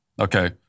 okay